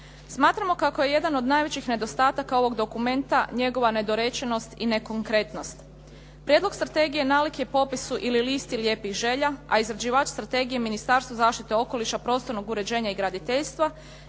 Smatramo kako je jedan od najvećih nedostataka ovog dokumenta njegova nedorečenost i nekonkretnost. Prijedlog strategije nalik je popisu ili listi lijepih želja, a izrađivač strategije Ministarstvo zaštite okoliša, prostornog uređenja i graditeljstva